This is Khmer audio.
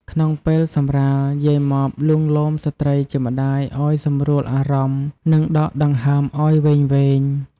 ក្នុងពេលសម្រាល យាយម៉បលួងលោមស្ត្រីជាម្ដាយឱ្យសម្រួលអារម្មណ៍ និង ដកដង្ហើមឱ្យវែងៗ។